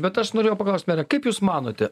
bet aš norėjau paklausti mere kaip jūs manote